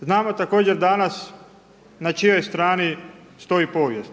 Znamo također danas na čijoj strani stoji povijest.